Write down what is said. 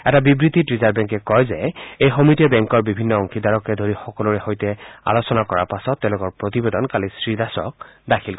এটা বিবৃতিত ৰিজাৰ্ভ বেংকে কয় যে এই সমিতিয়ে বেংকৰ বিভিন্ন অংশীদাৰকে ধৰি সকলোৰে সৈতে আলোচনা কৰাৰ পাছত তেওঁলোকৰ প্ৰতিবেদন কালি শ্ৰী দাসক দাখিল কৰে